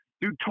dude